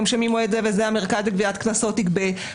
שממועד זה וזה המרכז לגביית קנסות יגבה,